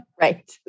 Right